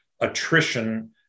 attrition